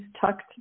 tucked